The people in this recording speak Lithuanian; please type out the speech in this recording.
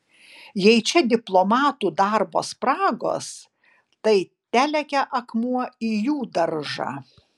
jei čia diplomatų darbo spragos tai telekia akmuo į jų daržą